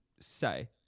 say